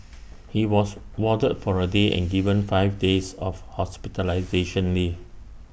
he was warded for A day and given five days of hospitalisation leave